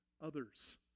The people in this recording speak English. others